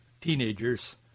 teenagers